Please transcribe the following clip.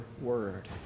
word